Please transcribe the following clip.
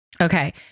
Okay